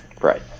Right